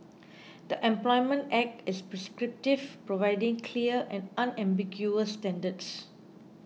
the Employment Act is prescriptive providing clear and unambiguous standards